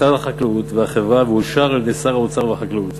משרד החקלאות והחברה ואושר על-ידי שרי האוצר והחקלאות.